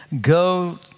go